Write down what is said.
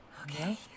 Okay